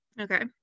Okay